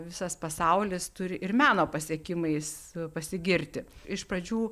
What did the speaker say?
visas pasaulis turi ir meno pasiekimais pasigirti iš pradžių